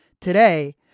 Today